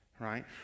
right